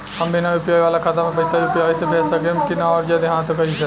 हम बिना यू.पी.आई वाला खाता मे पैसा यू.पी.आई से भेज सकेम की ना और जदि हाँ त कईसे?